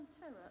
terror